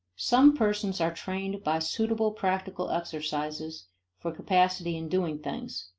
some persons are trained by suitable practical exercises for capacity in doing things,